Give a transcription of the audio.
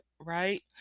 right